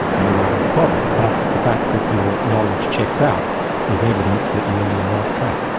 then you might have a problem, but the fact that your knowledge checks out is evidence that you're on the right track.